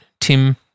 Tim